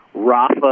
Rafa